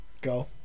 go